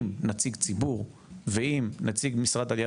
עם נציג ציבור ועם נציג משרד העלייה